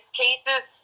cases